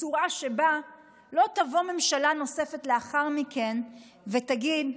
בצורה שבה לא תבוא ממשלה נוספת לאחר מכן ותגיד,